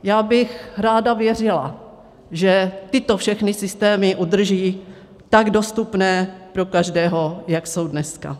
Já bych ráda věřila, že tyto všechny systémy udrží tak dostupné pro každého, jak jsou dneska.